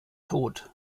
tot